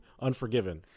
Unforgiven